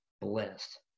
blessed